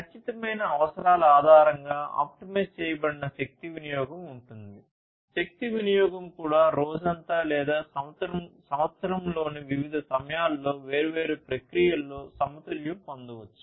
ఖచ్చితమైన అవసరాల ఆధారంగా ఆప్టిమైజ్ చేయబడిన శక్తి వినియోగం ఉంటుంది శక్తి వినియోగం కూడా రోజంతా లేదా సంవత్సరంలోని వివిధ సమయాల్లో వేర్వేరు ప్రక్రియలలో సమతుల్యం పొందవచ్చు